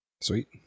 Sweet